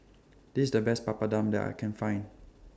This IS The Best Papadum that I Can Find